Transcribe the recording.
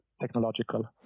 technological